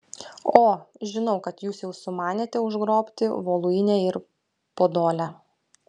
o žinau kad jūs jau sumanėte užgrobti voluinę ir podolę